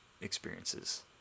experiences